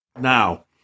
Now